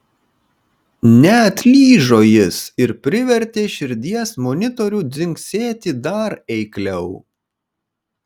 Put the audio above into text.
neatlyžo jis ir privertė širdies monitorių dzingsėti dar eikliau